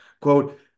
quote